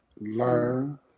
learn